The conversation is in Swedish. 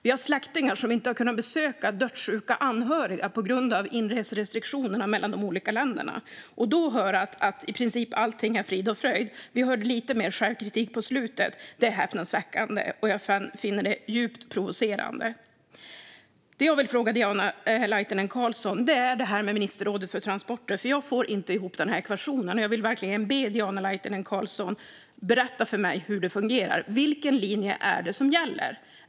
Det finns släktingar som inte har kunnat besöka dödssjuka anhöriga på grund av inreserestriktionerna mellan de olika länderna. Att då höra att i princip allt är frid och fröjd - vi hörde lite mer självkritik mot slutet - är häpnadsväckande, och jag finner det djupt provocerande. Jag vill ställa en fråga till Diana Laitinen Carlsson om ministerrådet för transporter. Jag får inte ihop ekvationen, och jag vill verkligen be Diana Laitinen Carlsson berätta för mig hur det fungerar. Vilken linje är det som gäller?